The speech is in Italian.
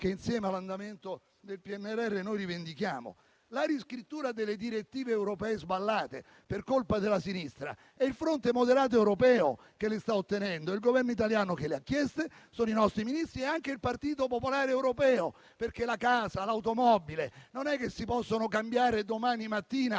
che, insieme all'andamento del PNRR, rivendichiamo. La riscrittura delle direttive europee sballate per colpa della sinistra la sta ottenendo il fronte moderato europeo; è il Governo italiano che l'ha chiesto, sono i nostri Ministri e anche il Partito Popolare Europeo. La casa e l'automobile non si possono cambiare domani mattina,